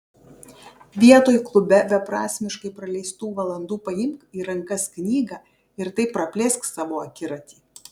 vietoj klube beprasmiškai praleistų valandų paimk į rankas knygą ir taip praplėsk savo akiratį